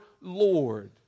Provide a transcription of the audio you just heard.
Lord